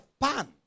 pan